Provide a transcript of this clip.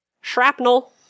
Shrapnel